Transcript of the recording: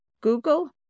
Google